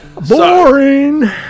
Boring